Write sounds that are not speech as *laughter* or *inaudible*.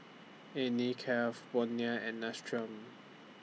Anne Klein *noise* Bonia and Nestum